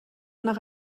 nach